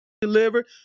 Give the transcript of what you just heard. delivered